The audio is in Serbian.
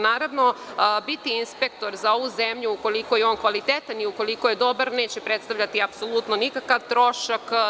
Naravno, biti inspektor za ovu zemlju, ukoliko je on kvalitetan i ukoliko je dobar, neće predstavljati apsolutno nikakav trošak.